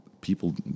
people